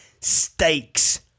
Stakes